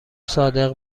صادق